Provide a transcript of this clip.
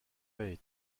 way